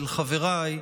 אל חבריי,